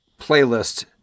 playlist